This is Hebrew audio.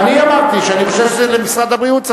אני אמרתי שאני חושב שזה עניין למשרד הבריאות.